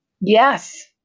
Yes